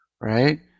right